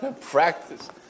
Practice